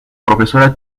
profesora